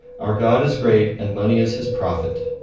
our god is great, and money is his prophet!